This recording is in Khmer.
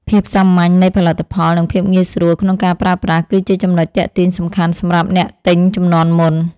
ភាពសាមញ្ញនៃផលិតផលនិងភាពងាយស្រួលក្នុងការប្រើប្រាស់ គឺជាចំណុចទាក់ទាញសំខាន់សម្រាប់អ្នកទិញជំនាន់មុន។